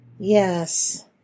Yes